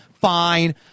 fine